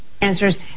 answers